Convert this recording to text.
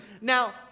Now